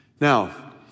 Now